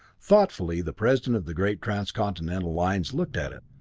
thoughtfully the president of the great transcontinental lines looked at it.